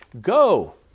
Go